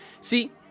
See